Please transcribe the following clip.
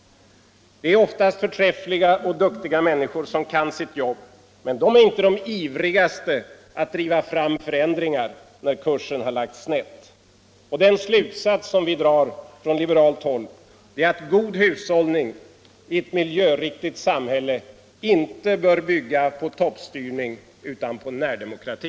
De är kanske förträffliga och duktiga människor som kan sitt jobb, men de är inte de ivrigaste att driva fram förändringar när kursen har lagts snewu. Den slutsats vi drar från liberalt håll är att god hushållning i ett miljöriktigt samhälle inte bör bygga på toppstyrning, utan på närdemokrati.